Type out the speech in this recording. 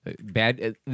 bad